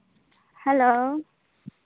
hello